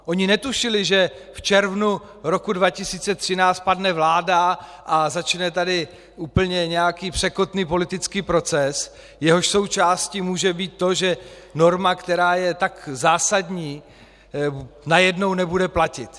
Oni netušili, že v červnu roku 2013 padne vláda a začne tady úplně překotný politický proces, jehož součástí může být to, že norma, která je tak zásadní, nebude najednou platit.